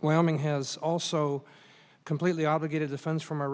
welding has also completely obligated the funds from our